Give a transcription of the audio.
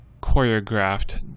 choreographed